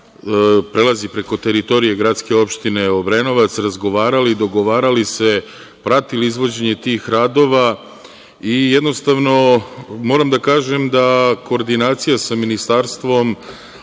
prelazi preko teritorije gradske opštine Obrenovac, razgovarali, dogovarali se, pratili izvođenje tih radova, i jednostavno moram da kažem da koordinacija sa Ministarstvom,